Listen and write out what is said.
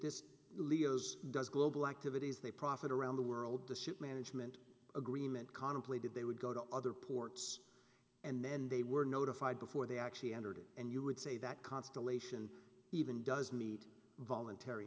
this leah's does global activities they profit around the world to suit management agreement contemplated they would go to other ports and then they were notified before they actually entered and you would say that constellation even does meet voluntar